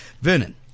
Vernon